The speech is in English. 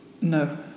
No